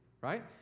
right